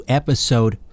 episode